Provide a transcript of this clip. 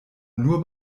nur